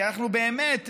כי אנחנו באמת,